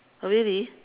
oh really